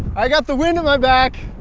i've got the wind in my back